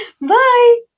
Bye